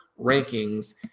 rankings